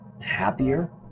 happier